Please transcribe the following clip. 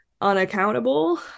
unaccountable